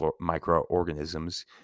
microorganisms